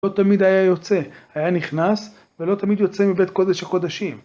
לא תמיד היה יוצא, היה נכנס, ולא תמיד יוצא מבית קודש הקודשים.